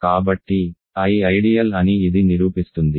కాబట్టి I ideal అని ఇది నిరూపిస్తుంది